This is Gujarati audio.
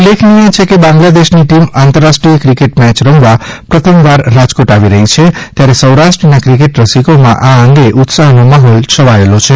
ઉલ્લેખનીય છે કે બાંગ્લાદેશની ટીમ આંતરરાષ્ટ્રીય ક્રિકેટ મેચ રમવા પ્રથમવાર રાજકોટ આવી રહી છે ત્યારે સૌરાષ્ટ્રના ક્રિકેટ રસિકોમાં આ અંગે ઉત્સાહનો માહોલ છવાયો છે